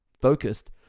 focused